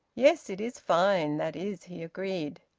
yes, it is fine, that is! he agreed.